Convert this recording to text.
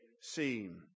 seem